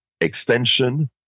extension